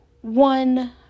one